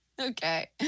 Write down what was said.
Okay